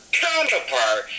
counterpart